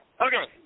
Okay